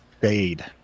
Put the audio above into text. fade